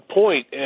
point